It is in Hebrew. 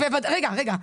רגע, רגע.